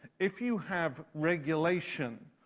if you have regulation,